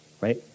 right